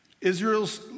Israel's